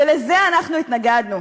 ולזה אנחנו התנגדנו.